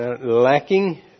lacking